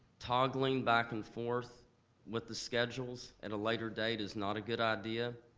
toggling back and forth with the schedules at a later date is not a good idea,